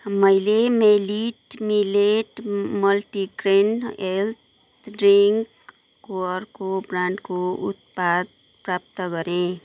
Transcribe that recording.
मैले millet millet multigrain health ड्रिङ्कको अर्को ब्रान्डको उत्पाद प्राप्त गरेँ